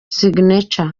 signature